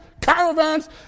caravans